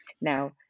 Now